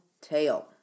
tail